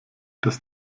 das